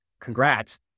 congrats